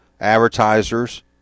advertisers